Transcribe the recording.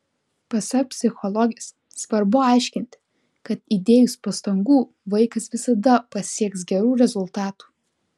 pasak psichologės svarbu aiškinti kad įdėjus pastangų vaikas visada pasieks gerų rezultatų